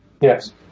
Yes